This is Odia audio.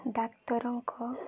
ଡାକ୍ତରଙ୍କ